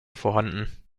vorhanden